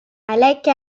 عليك